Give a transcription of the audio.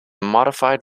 modified